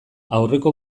aurreko